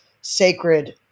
sacred